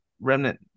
remnant